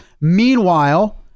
Meanwhile